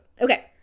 Okay